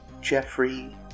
Jeffrey